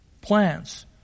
plans